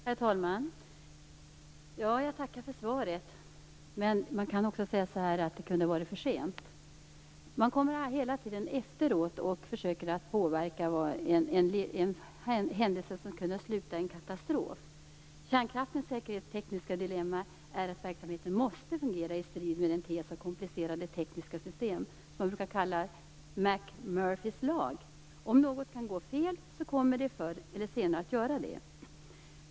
Herr talman! Jag tackar för svaret. Man kan också säga som så att det kunde ha varit för sent. Man försöker hela tiden efteråt påverka en händelse som kunde ha slutat med en katastrof. Kärnkraftens säkerhetstekniska dilemma är att verksamheten måste fungera i strid med den tes om komplicerade tekniska system som brukar kallas Mc Murphys lag: Om något kan gå fel kommer det förr eller senare att göra det.